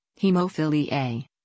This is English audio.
hemophilia